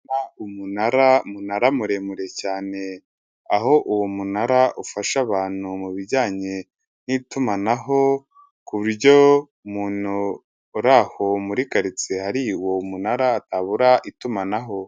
Umunara, umunara muremure cyane. Aho uwo munara ufasha abantu mu bijyanye n'itumanaho, ku buryo umuntu uri aho muri karitsiye hari uwo umunara abura itumanaho.